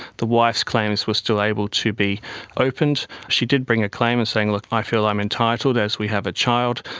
the wife's claims were still able to be opened. she did bring a claim and said, look, i feel i'm entitled, as we have a child,